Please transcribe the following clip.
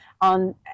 on